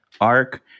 arc